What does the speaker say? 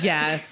Yes